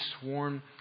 sworn